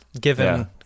given